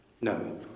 No